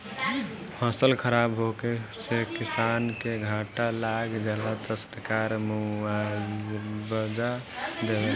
फसल खराब होखे से किसान के घाटा लाग जाला त सरकार मुआबजा देवेला